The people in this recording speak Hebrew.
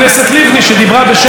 חברת הכנסת פדידה,